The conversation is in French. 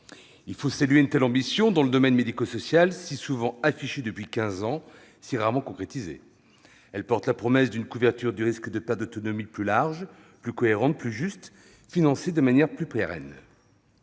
Il faut saluer une telle ambition dans le domaine médico-social, si souvent affichée depuis quinze ans et si rarement concrétisée. Elle porte la promesse d'une couverture du risque de perte d'autonomie plus large, plus cohérente, plus juste, financée de manière plus pérenne.